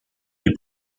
les